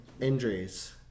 injuries